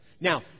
Now